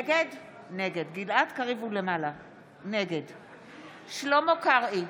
נגד שלמה קרעי,